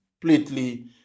completely